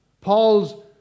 Paul's